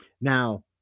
now